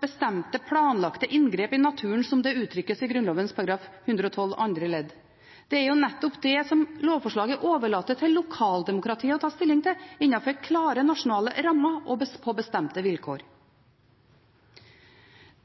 bestemte, planlagte inngrep i naturen, slik det uttrykkes i Grunnloven § 112 andre ledd. Det er jo nettopp det som lovforslaget overlater til lokaldemokratiet å ta stilling til, innenfor klare nasjonale rammer og på bestemte vilkår.